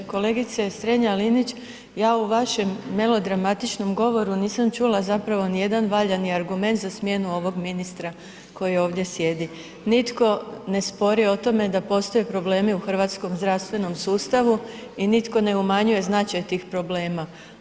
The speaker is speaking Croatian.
Kolegice Strenja Linić ja u vašem melodramatičnom govoru nisam čula zapravo nijedan valjani argument za smjenu ovog ministra koji ovdje sjedi, nitko ne spori o tome da postoji problemi u hrvatskom zdravstvenom sustavu i nitko ne umanjuje značaj tih problema.